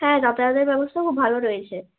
হ্যাঁ যাতায়াতের ব্যবস্থা খুব ভালো রয়েছে